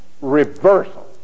reversal